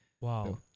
Wow